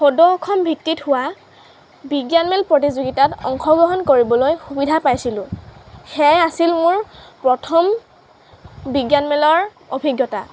সদৌ অসম ভিত্তিত হোৱা বিজ্ঞান মেল প্ৰতিযোগিতাত অংশগ্ৰহণ কৰিবলৈ সুবিধা পাইছিলোঁ সেয়াই আছিল মোৰ প্ৰথম বিজ্ঞান মেলৰ অভিজ্ঞতা